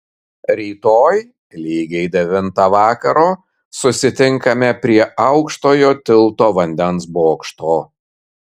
rytoj lygiai devintą vakaro susitinkame prie aukštojo tilto vandens bokšto